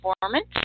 performance